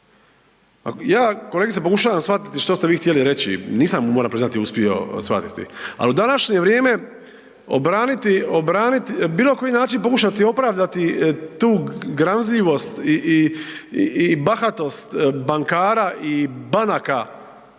Ja kolegice pokušavam shvatiti što ste vi htjeli reći, nisam moram priznati uspio shvatiti. A u današnje vrijeme obraniti, obraniti, na bilo koji način pokušati opravdati tu gramzljivost i, i, i bahatost bankara i banaka